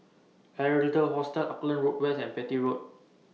Adler Hostel Auckland Road West and Petir Road